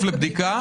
לבדיקה.